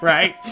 Right